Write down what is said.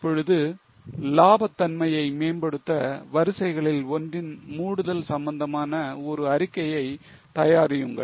இப்பொழுது லாபத் தன்மையை மேம்படுத்த வரிசைகளில் ஒன்றின் மூடுதல் சம்பந்தமான ஒரு அறிக்கையை தயாரியுங்கள்